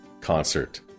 concert